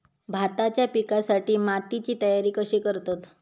भाताच्या पिकासाठी मातीची तयारी कशी करतत?